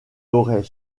aurait